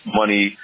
money